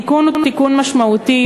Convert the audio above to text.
התיקון הוא תיקון משמעותי,